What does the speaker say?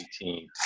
team